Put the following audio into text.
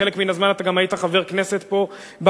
בחלק מן הזמן אתה גם היית חבר כנסת פה בבית.